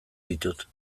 ditut